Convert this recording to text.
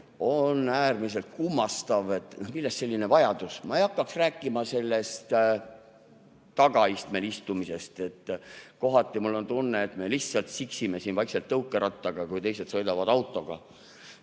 on äärmiselt kummastav. Millest selline vajadus? Ma ei hakkaks rääkima sellest tagaistmel istumisest. Kohati mul on tunne, et me lihtsalt siksime siin vaikselt tõukerattaga, kui teised sõidavad autoga.